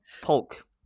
Polk